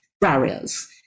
barriers